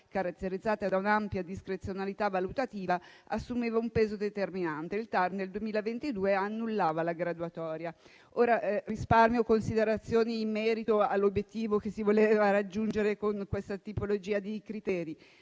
caratterizzata da un'ampia discrezionalità valutativa, assumeva un peso determinante. Nel 2022 il TAR annullava la graduatoria. Risparmio considerazioni in merito all'obiettivo che si voleva raggiungere con questa tipologia di criteri,